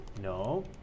No